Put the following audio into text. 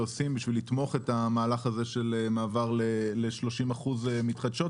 עושים בשביל לתמוך את המהלך הזה של מעבר ל-30 אחוזי אנרגיות מתחדשות.